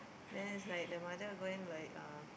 then is like the mother going like uh